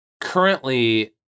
currently